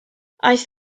aeth